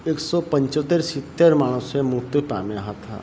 એકસો પંચોતેર સિત્તેર માણસોએ મૃત્યુ પામ્યા હતા